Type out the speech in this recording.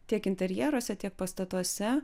tiek interjeruose tiek pastatuose